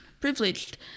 privileged